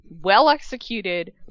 well-executed